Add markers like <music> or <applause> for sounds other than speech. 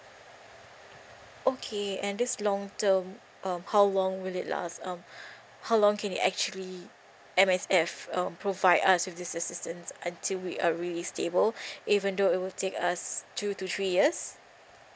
okay and this long term um how long will it last um <breath> how long can it actually M_S_F uh provide us with this assistance until we are really stable <breath> even though it will take us two to three years